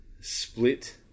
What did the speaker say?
split